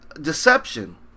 deception